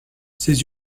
ses